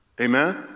amen